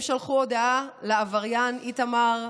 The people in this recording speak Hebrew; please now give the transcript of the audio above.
הם שלחו הודעה "לעבריין איתמר,